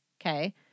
Okay